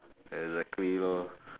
exactly lor